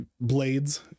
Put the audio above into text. blades